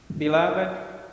Beloved